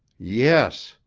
yes!